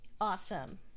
awesome